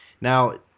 Now